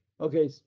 okay